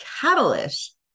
catalyst